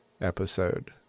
episode